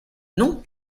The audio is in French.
non